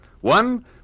One